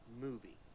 movie